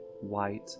white